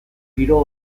giro